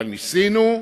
אבל ניסינו,